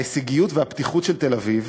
ההישגיות והפתיחות של תל-אביב,